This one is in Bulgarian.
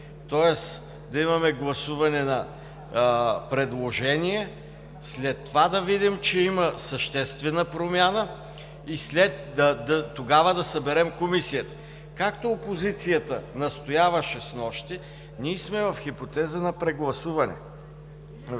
тоест да имаме гласуване на предложение, след това да видим, че има съществена промяна и тогава да съберем комисията. Както опозицията настояваше снощи, ние сме в хипотеза на прегласуване.